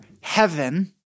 heaven